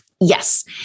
Yes